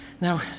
Now